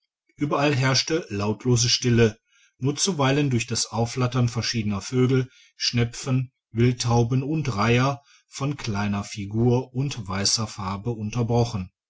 ueberall herrschte lautlose stille nur zuweilen durch das aufflattern verschiedener vögel schnepfen wildtauben und reiher von kleiner figur und weisser farbe unterbrochen